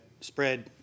spread